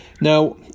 Now